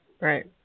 Right